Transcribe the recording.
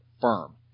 firm